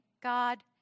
God